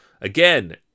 Again